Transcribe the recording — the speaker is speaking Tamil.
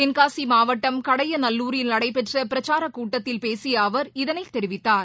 தென்காசிமாவட்டம் கடையநல்லூரில் நடைபெற்றபிரக்சாரக் கூட்டத்தில் பேசியஅவர் இதனைத் தெரிவித்தார்